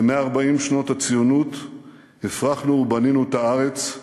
ב-140 שנות הציונות הפרחנו ובנינו את הארץ,